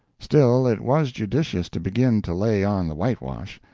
still, it was judicious to begin to lay on the whitewash,